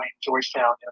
Georgetown